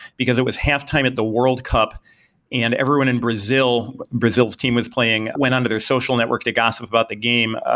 because it was halftime at the world cup and everyone in brazil brazil's team was playing, went under their social network to gossip about the game.